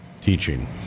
teaching